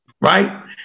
right